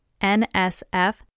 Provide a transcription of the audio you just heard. NSF